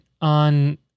on